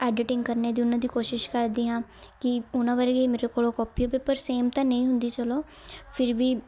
editing ਕਰਨ ਦੀ ਉਹਨਾਂ ਦੀ ਕੋਸ਼ਿਸ਼ ਕਰਦੀ ਹਾਂ ਕਿ ਉਹਨਾਂ ਵਰਗੀ ਮੇਰੇ ਕੋਲ ਉਹ ਕੋਪੀ ਹੋਵੇ ਪਰ ਸੇਮ ਤਾਂ ਨਹੀਂ ਹੁੰਦੀ ਚਲੋ ਫਿਰ ਵੀ